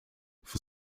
for